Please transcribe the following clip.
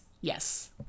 Yes